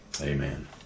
Amen